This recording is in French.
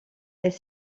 elle